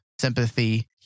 sympathy